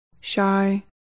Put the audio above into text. shy